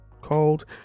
called